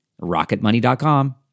rocketmoney.com